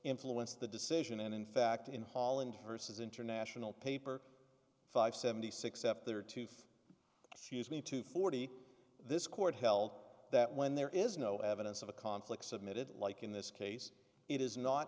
influence the decision and in fact in holland versus international paper five seventy six after tooth she has me two forty this court held that when there is no evidence of a conflict submitted like in this case it is not